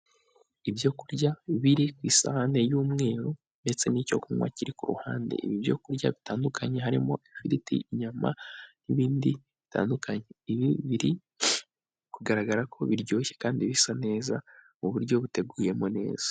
Ibyokurya biri ku isahani y'umweru ndetse n'icyo kunywa kiri ku ruhande, ibi ibyokurya bitandukanye harimo ifiriti, inyama n'ibindi bitandukanye, ibi biri kugaragara ko biryoshye kandi bisa neza mu buryo buteguyemo neza.